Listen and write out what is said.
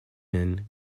end